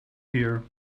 here